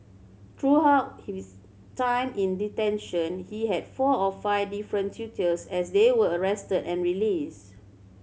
throughout his time in detention he had four or five different tutors as they were arrested and released